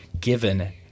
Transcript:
given